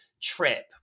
trip